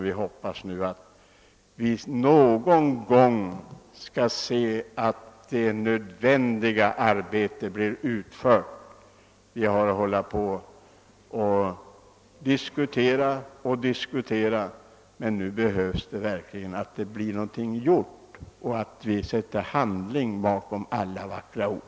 Vi hoppas nu att vi någon gång skall få se att det nödvändiga arbetet blir utfört. Vi har länge hållit på att diskutera, men nu behövs det att någonting verkligen blir gjort och att man sätter handling bakom alla vackra ord.